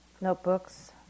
notebooks